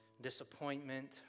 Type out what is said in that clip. disappointment